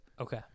Okay